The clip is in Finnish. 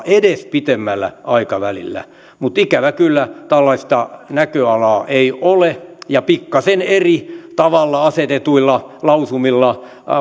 edes pitemmällä aikavälillä mutta ikävä kyllä tällaista näköalaa ei ole pikkasen eri tavalla asetetuilla lausumilla